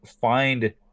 find